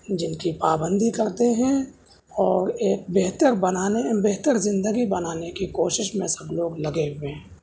جن کی پابندی کرتے ہیں اور ایک بہتر بنانے بہتر زندگی بنانے کی کوشش میں سب لوگ لگے ہوئے ہیں